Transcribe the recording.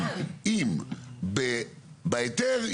עוד דיון בהפקדה.